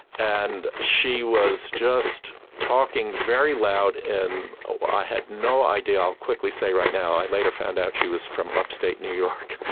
and she was just talking very loud and i had no idea, i'll quickly say right now i later found out she was from upstate new york,